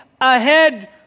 ahead